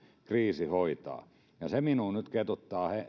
kriisi hoitaa ja se minua nyt ketuttaa